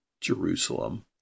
Jerusalem